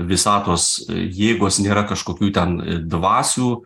visatos jėgos nėra kažkokių ten dvasių